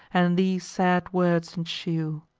and these sad words ensue